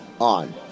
on